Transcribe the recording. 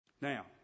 Now